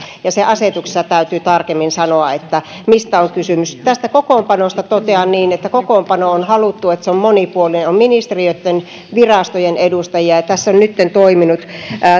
ja se täytyy asetuksessa tarkemmin sanoa mistä on kysymys tästä kokoonpanosta totean niin että on haluttu että kokoonpano on monipuolinen on ministeriöitten virastojen edustajia ja tässä on nyt toiminut